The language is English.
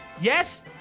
yes